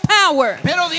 power